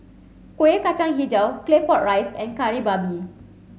Kueh Kacang Hijau Claypot Rice and Kari Babi